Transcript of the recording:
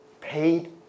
paid